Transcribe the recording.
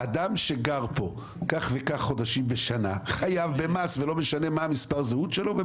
אדם שגר פה כך וכך חודשים בשנה חייב במס ולא משנה מה מספר הזהות שלו,